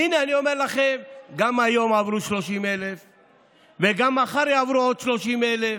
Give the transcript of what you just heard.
והינה, אני אומר לכם, גם היום עברו 30,000,